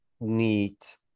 neat